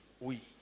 Oui